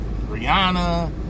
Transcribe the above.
Rihanna